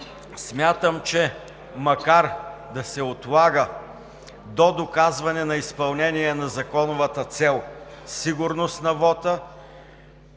Смятам, че макар да се отлага до доказване на изпълнение на законовата цел – сигурност на вота,